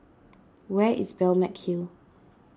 where is Balmeg Hill